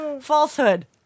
falsehood